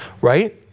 right